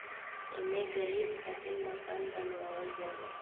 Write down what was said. एमे गरीब खातिर मकान बनावल जाला